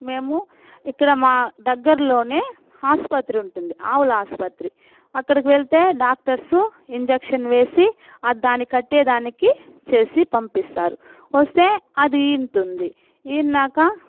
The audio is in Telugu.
మేము ఇక్కడ మా దగ్గరలోనే ఆసుపత్రి ఉంటుంది ఆవుల ఆసుపత్రి అక్కడికి వెళ్తే డాక్టర్సు ఇంజక్షన్ వేసి దాని కట్టేదానికి చేసి పంపిస్తారు వస్తే అది ఈనుతుంది ఈనీనాక